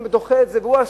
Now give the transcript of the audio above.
והוא דוחה את זה,